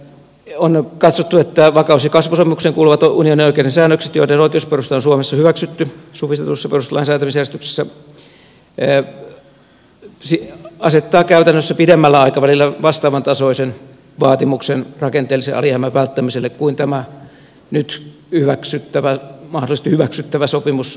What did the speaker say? on katsottu että vakaus ja kasvusopimukseen kuuluvat unionin oikeuden säännökset joiden oikeusperusta on suomessa hyväksytty supistetussa perustuslain säätämisjärjestyksessä asettavat käytännössä pidemmällä aikavälillä vastaavan tasoisen vaatimuksen rakenteellisen alijäämän välttämiselle kuin tämä nyt mahdollisesti hyväksyttävä sopimus lyhyemmällä aikavälillä